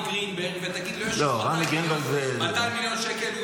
גרינברג ותגיד לו --- יש לך 200 מיליון שקל.